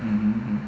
mmhmm mmhmm